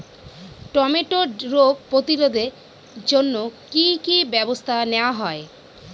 টমেটোর রোগ প্রতিরোধে জন্য কি কী ব্যবস্থা নেওয়া হয়?